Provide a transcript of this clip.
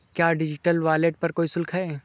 क्या digital wallet पर कोई शुल्क है?